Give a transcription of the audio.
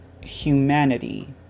humanity